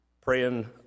Praying